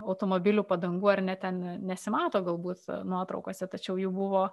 automobilių padangų ar ne ten nesimato galbūt nuotraukose tačiau jų buvo